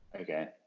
Okay